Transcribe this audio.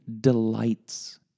delights